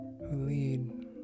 lead